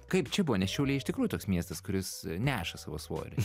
kaip čia buvo nes šiauliai iš tikrųjų toks miestas kuris neša savo svorį